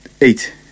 eight